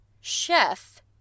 Chef